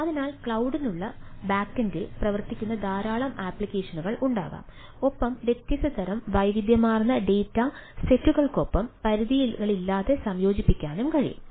അതിനാൽ ക്ലൌഡിലുള്ള ബാക്കെൻഡിൽ പ്രവർത്തിക്കുന്ന ധാരാളം ആപ്ലിക്കേഷനുകൾ ഉണ്ടാകാം ഒപ്പം വ്യത്യസ്ത തരം വൈവിധ്യമാർന്ന ഡാറ്റ സെറ്റുകൾക്കൊപ്പം പരിധികളില്ലാതെ സംയോജിപ്പിക്കാനും കഴിയും